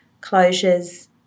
closures